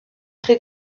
très